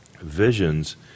visions